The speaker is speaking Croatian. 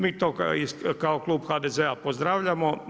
Mi to kao Klub HDZ-a pozdravljamo.